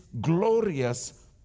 glorious